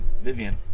vivian